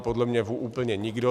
Podle mne úplně nikdo.